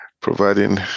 providing